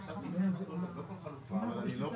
עצים, צל ואינטרסים פרטיים, דרישות